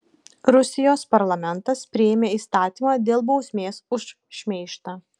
rusijos parlamentas priėmė įstatymą dėl bausmės už šmeižtą